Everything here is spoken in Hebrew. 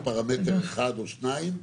ואם חסר פרמטר אחד או שניים,